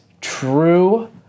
true